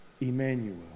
Emmanuel